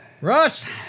Russ